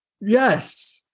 Yes